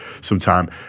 sometime